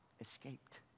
escaped